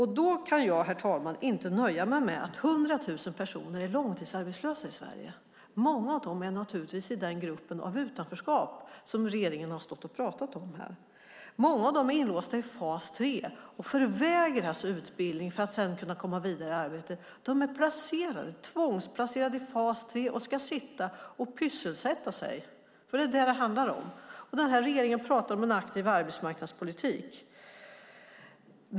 Jag kan inte, herr talman, nöja mig med att hundra tusen personer är långtidsarbetslösa i Sverige. Många av dem är naturligtvis i den grupp av utanförskap som regeringen har stått och pratat om här. Många av dem är inlåsta i fas 3 och förvägras utbildning för att kunna komma vidare i arbete. De är tvångsplacerade i fas 3 och ska sitta och pysselsätta sig. Det är nämligen vad det handlar om. Och så pratar regeringen om en aktiv arbetsmarknadspolitik.